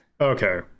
Okay